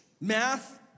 Math